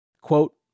Quote